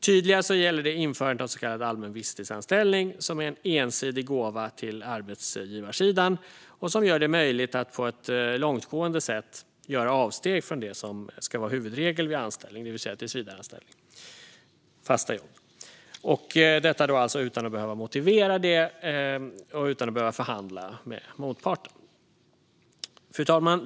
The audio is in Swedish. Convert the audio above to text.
Tydligast gäller det införandet av så kallad allmän visstidsanställning, som är en ensidig gåva till arbetsgivarsidan och som gör det möjligt att på ett långtgående sätt göra avsteg från det som ska vara huvudregeln vid anställning: tillsvidareanställning, det vill säga fast jobb. Detta utan att behöva motivera det och utan att behöva förhandla med motparten. Fru talman!